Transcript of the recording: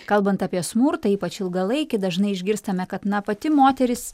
kalbant apie smurtą ypač ilgalaikį dažnai išgirstame kad na pati moteris